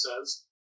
says